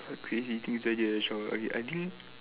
crazy things as a child I think